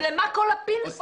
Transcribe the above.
למה כל הפינג-פונג הזה?